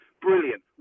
Brilliant